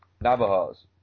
Navajos